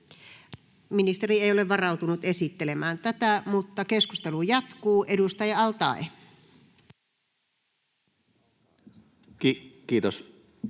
Ministeri ei ole varautunut esittelemään tätä, mutta keskustelu alkaa. — Edustaja al-Taee. Kiitos,